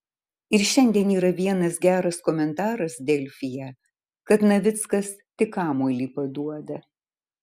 ir šiandien yra vienas geras komentaras delfyje kad navickas tik kamuolį paduoda